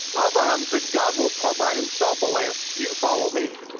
abraham said god will provide himself a lamb, you follow me.